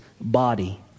body